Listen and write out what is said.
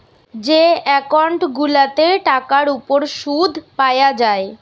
যে একউন্ট গুলাতে টাকার উপর শুদ পায়া যায়